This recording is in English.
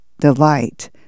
delight